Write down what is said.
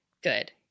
Good